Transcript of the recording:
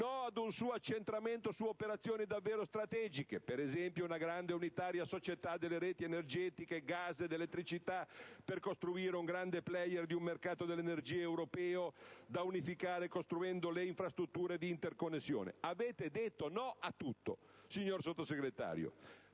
dell'intervento su operazioni davvero strategiche, come ad esempio una grande società unitaria delle reti energetiche gas ed elettricità, per realizzare un grande *player* di un mercato dell'energia europeo da unificare costruendo le infrastrutture di interconnessione. Avete detto no a tutto, signor Sottosegretario,